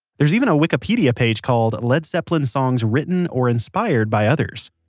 there's even a wikipedia page called led zeppelin songs written or inspired by others.